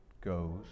goes